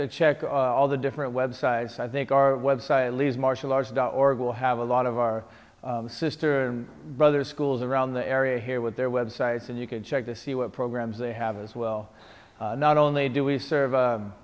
to check all the different websites i think our website leaves martial arts dot org will have a lot of our sister and brother schools around the area here with their websites and you can check to see what programs they have as well not only do we serve